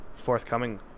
forthcoming